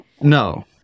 no